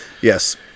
Yes